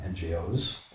NGOs